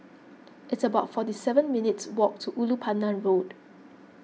it's about forty seven minutes' walk to Ulu Pandan Road